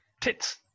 Tits